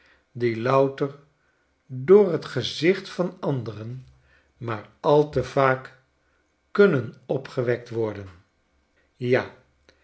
die louter door t gezicht van andereh maar al te vaak kunnen opgewekt worden ja